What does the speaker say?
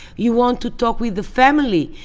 you want to talk with the family,